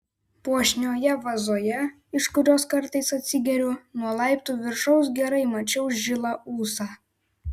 puošnioje vazoje iš kurios kartais atsigeriu nuo laiptų viršaus gerai mačiau žilą ūsą